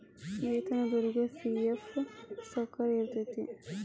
ವೇತನದೊರಿಗಿ ಫಿ.ಎಫ್ ಸೌಕರ್ಯ ಇರತೈತಿ